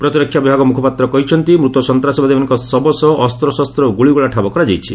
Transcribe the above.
ପ୍ରତିରକ୍ଷା ବିଭାଗ ମୁଖପାତ୍ର କହିଛନ୍ତି ମୃତ ସନ୍ତାସବାଦୀମାନଙ୍କ ଶବ ସହ ଅସ୍ତ୍ରଶସ୍ତ ଓ ଗ୍ରୁଳିଗୋଳା ଠାବ କରାଯାଇଛି